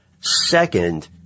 Second